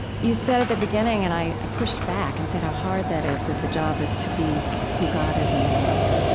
you said, at the beginning and i i pushed back and said how hard that is that the job is to be who god is, in the world.